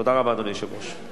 תודה רבה, אדוני היושב-ראש.